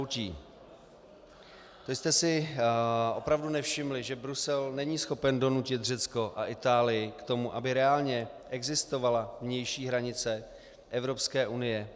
Vy jste si opravdu nevšimli, že Brusel není schopen donutit Řecko a Itálii k tomu, aby reálně existovala vnější hranice Evropské unie?